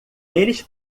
eles